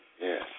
Yes